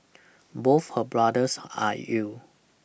both her brothers are ill